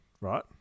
right